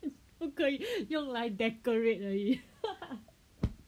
不可以用来 decorate 而已